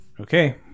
Okay